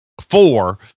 four